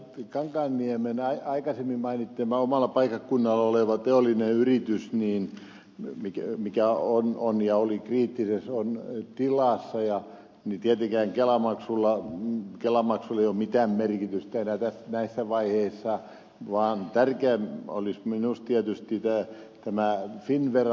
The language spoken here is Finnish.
kankaanniemen aikaisemmin mainitseman omalla paikkakunnalla olevan teollisen yrityksen kannalta mikä on ja oli kriittisessä tilassa tietenkään kelamaksulla ei ole mitään merkitystä enää näissä vaiheissa vaan tärkeä olisi minusta finnvera